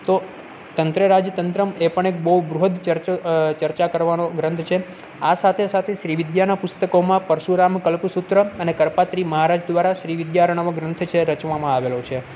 તો તંત્ર રાજ તંત્રમ એ પણ એક બહુ બૃહદ ચર્ચો ચર્ચા કરવાનો ગ્રંથ છે આ સાથે સાથે શ્રી વિદ્યાના પુસ્તકોમાં પરશુરામ કલ્પ સૂત્રમ અને કરપાત્રિ મહારાજ દ્વારા શ્રી વિદ્યારણવ ગ્રંથ છે એ રચવામાં આવેલો છે